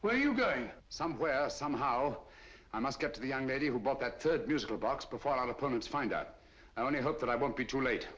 where are you going somewhere somehow i must get to the young lady who bought that third musical box before on opponents find out i only hope that i won't be too late